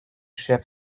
chef